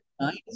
Nice